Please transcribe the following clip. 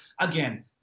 Again